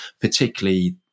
particularly